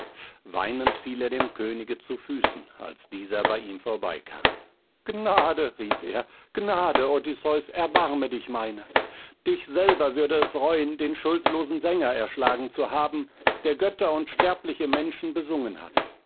weinend fiel er dem könige zu füßen als dieser bei ihm vorbeikam gnade rief er gnade odysseus erbarme dich meiner dich selber würde es reuen den schuldlosen sänger erschlagen zu haben der götter und sterbliche menschen besungen hat